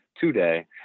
today